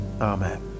amen